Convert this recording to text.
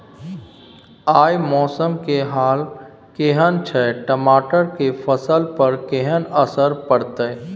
आय मौसम के हाल केहन छै टमाटर के फसल पर केहन असर परतै?